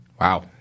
Wow